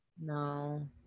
No